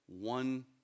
one